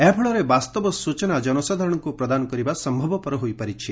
ଏହାଫଳରେ ବାସ୍ତବ ସ୍ବଚନା ଜନସାଧାରଣଙ୍କ ପ୍ରଦାନ କରିବା ସମ୍ଭବ ହୋଇଛି